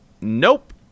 Nope